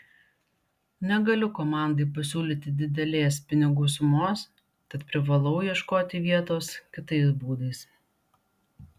negaliu komandai pasiūlyti didelės pinigų sumos tad privalau ieškoti vietos kitais būdais